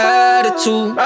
attitude